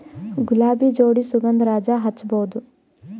ಗುಲಾಬಿ ಜೋಡಿ ಸುಗಂಧರಾಜ ಹಚ್ಬಬಹುದ?